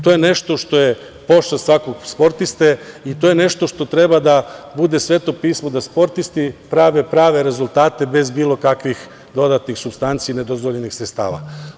To je nešto što je pošast svakog sportiste i to je nešto što treba da bude Sveto pismo, da sportisti prave prave rezultate bez bilo kakvih dodatnih supstanci i nedozvoljenih sredstava.